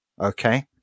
Okay